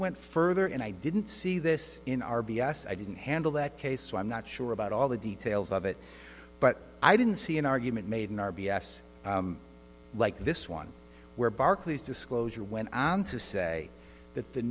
went further and i didn't see this in r b s i didn't handle that case so i'm not sure about all the details of it but i didn't see an argument made in r b s like this one where barclays disclosure went on to say that the